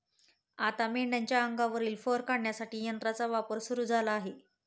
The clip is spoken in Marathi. आता मेंढीच्या अंगावरील फर काढण्यासाठी यंत्राचा वापर सुरू झाला आहे